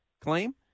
claim